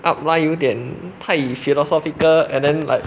up line 有点太 philosophical and then like